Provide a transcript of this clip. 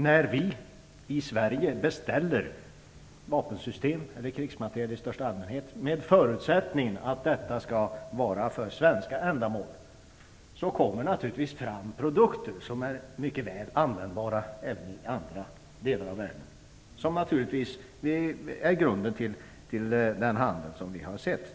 När vi i Sverige beställer vapensystem, eller krigsmateriel i största allmänhet, med förutsättningen att detta skall vara för svenska ändamål, så får vi naturligtvis fram produkter som är mycket väl användbara även i andra delar av världen. Detta är grunden till den handel som vi har sett.